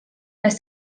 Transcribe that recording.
les